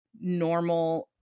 normal